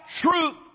truth